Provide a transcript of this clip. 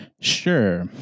Sure